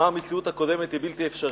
מה המציאות הקודמת, היא בלתי אפשרית,